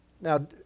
Now